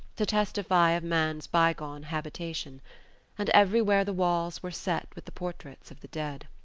to testify of man's bygone habitation and everywhere the walls were set with the portraits of the dead.